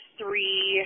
three